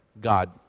god